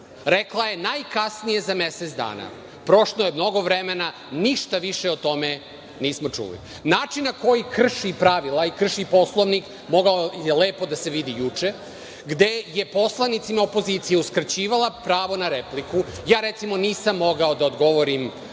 Rekla je najkasnije za mesec dana. Prošlo je mnogo vremena. Ništa više o tome nismo čuli. Način na koji krši pravila i način na koji krši Poslovnik mogao je lepo da se vidi juče, gde je poslanicima opozicije uskraćivala pravo na repliku. Recimo, nisam mogao da odgovorim,